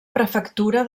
prefectura